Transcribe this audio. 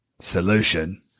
solution